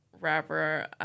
rapper